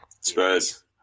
Spurs